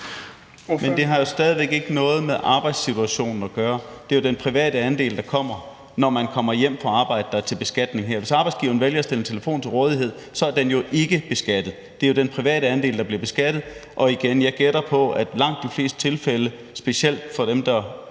Men det har jo stadig væk ikke noget med arbejdssituationen at gøre; det er jo den private andel, der kommer, når man kommer hjem fra arbejde, der er til beskatning. Hvis arbejdsgiveren vælger at stille telefon til rådighed, er den jo ikke beskattet. Det er jo den private andel, der bliver beskattet. Og igen: Jeg gætter på, at i langt de fleste tilfælde – specielt for dem, der